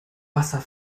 wasser